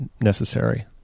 necessary